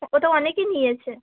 ওটা অনেকে নিয়েছে